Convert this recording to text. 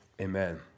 amen